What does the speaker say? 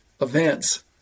events